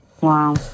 Wow